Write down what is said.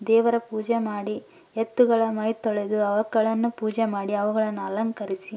ದೇವರ ಪೂಜೆ ಮಾಡಿ ಎತ್ತುಗಳ ಮೈ ತೊಳೆದು ಅವುಗಳನ್ನು ಪೂಜೆ ಮಾಡಿ ಅವುಗಳನ್ನು ಅಲಂಕರಿಸಿ